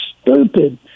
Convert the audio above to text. stupid